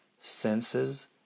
senses